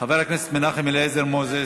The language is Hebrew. חבר הכנסת מנחם אליעזר מוזס,